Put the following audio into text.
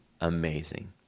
amazing